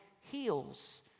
heals